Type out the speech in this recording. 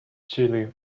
chile